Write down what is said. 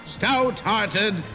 Stout-hearted